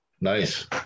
Nice